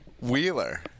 Wheeler